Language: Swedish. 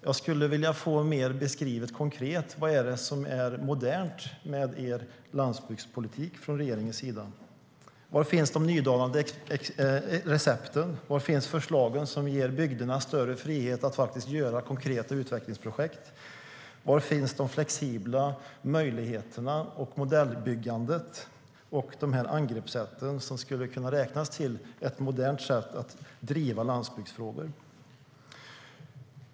Jag skulle vilja få mer konkret beskrivet vad det är som är modernt med regeringens landsbygdspolitik. Var finns de nydanande recepten? Var finns förslagen som ger bygderna större frihet att driva konkreta utvecklingsprojekt? Var finns de flexibla möjligheterna och modellbyggandet? Var finns de angreppssätt som skulle kunna räknas till ett modernt sätt att driva landsbygdsfrågor?